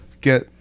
get